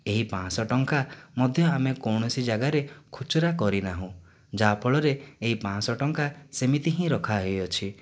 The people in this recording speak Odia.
ଏହି ପାଞ୍ଚଶହ ଟଙ୍କା ମଧ୍ୟ ଆମେ କୌଣସି ଜାଗାରେ ଖୁଚୁରା କରିନାହୁଁ ଯାହା ଫଳରେ ଏହି ପାଞ୍ଚଶହ ଟଙ୍କା ସେମିତି ହିଁ ରଖା ହୋଇଅଛି